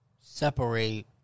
separate